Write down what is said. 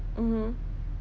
mmhmm